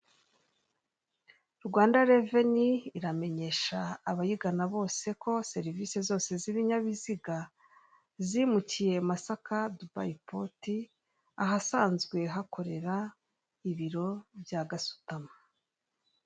Rwanda reveni iramenyesha abayigana bose ko serivisi zose z'ibinyabiziga zimukiye Masaka Dubai poti, ahasanzwe hakorera ibiro bya gasutamo.